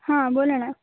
हां बोला ना